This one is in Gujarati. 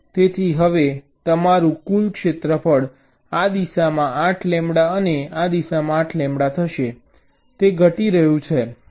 તેથી હવે તમારું કુલ ક્ષેત્રફળ આ દિશામાં 8 લેમ્બડા અને આ દિશામાં 8 લેમ્બડા થશે તે ઘટી ગયું છે